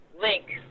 link